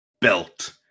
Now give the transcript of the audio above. belt